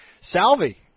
Salvi